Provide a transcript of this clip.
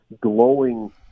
glowing